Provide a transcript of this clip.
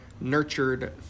nurtured